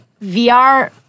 VR